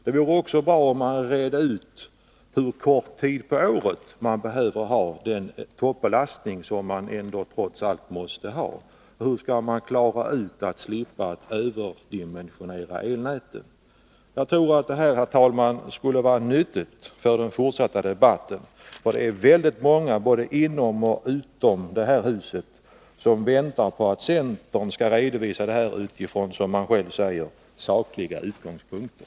Det vore bra om man också redde ut, hur kort tid på året man behöver ha den toppbelastning som man trots allt måste ha. Hur skall man slippa överdimensionera elnätet? Jag tror att det skulle vara nyttigt för den fortsatta debatten att få detta klarlagt. Det är många både här i huset och utanför det som väntar på att centern skall redovisa detta från, som man själv säger, sakliga utgångspunkter.